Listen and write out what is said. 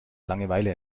langeweile